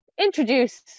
Introduce